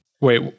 Wait